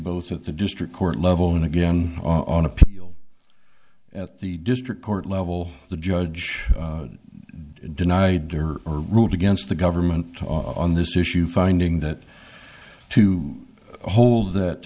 both at the district court level and again on appeal at the district court level the judge denied there are root against the government on this issue finding that to hold that